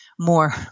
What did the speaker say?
more